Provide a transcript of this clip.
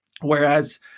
Whereas